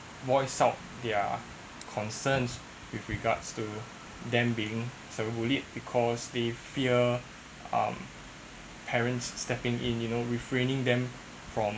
voice out their concerns with regards to them being cyber bullied because they fear um parents stepping in you know refraining them from